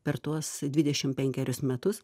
per tuos dvidešim penkerius metus